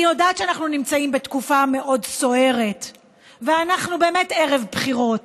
אני יודעת שאנחנו נמצאים בתקופה מאוד סוערת ואנחנו באמת ערב בחירות,